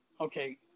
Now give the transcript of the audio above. okay